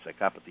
psychopathy